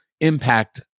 impact